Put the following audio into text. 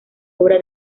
obra